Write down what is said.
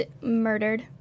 murdered